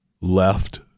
left